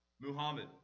Muhammad